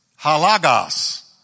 halagos